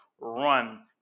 run